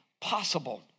possible